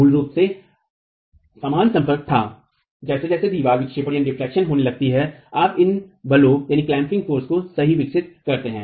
मूल रूप से समान संपर्क था और जैसे जैसे दीवारें विक्षेपित होने लगती हैं आप इन दवाब बलों को सही विकसित करते हैं